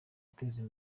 guteza